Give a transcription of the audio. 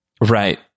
right